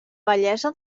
bellesa